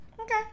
Okay